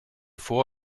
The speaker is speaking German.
vor